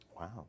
Wow